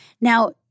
Now